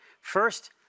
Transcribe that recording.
First